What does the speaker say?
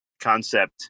concept